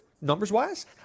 numbers-wise